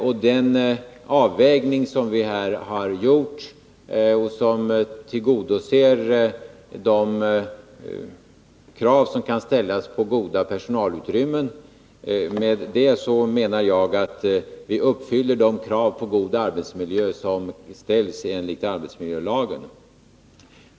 Med den avvägning som vi har gjort — och som tillgodoser de krav som kan ställas på goda personalutrymmen — anser jag att vi uppfyller de krav på god arbetsmiljö som ställs i arbetsmiljölagen.